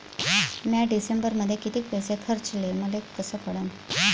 म्या डिसेंबरमध्ये कितीक पैसे खर्चले मले कस कळन?